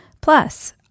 Plus